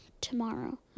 tomorrow